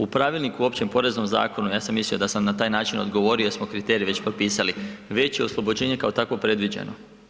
U pravilniku u Općem poreznom zakonu, ja sam mislio da sam na taj način odgovorio jer smo kriterije već potpisali, veće oslobođenje kao takvo je predviđeno.